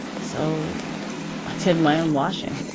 so i did my own washing.